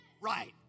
Right